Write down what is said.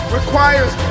requires